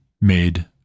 made